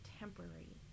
temporary